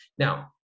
Now